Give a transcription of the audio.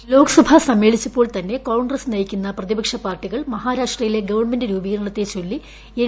voice Lok Sabha സമ്മേളിച്ചപ്പോൾതന്നെ കോൺഗ്രസ് നയിക്കുന്ന പ്രതിപക്ഷ പാർട്ടികൾ മഹാരാഷ്ട്രയിലെ ഗവൺമെന്റ് രൂപകരണത്തെച്ചൊല്ലി എൻ